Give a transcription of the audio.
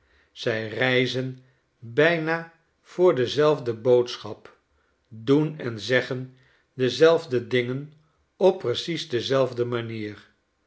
zij reizen bijna voor dezelfde boodschap doen en zeggen dezelfde dingen op precies dezelfde manier